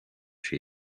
she